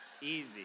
Easy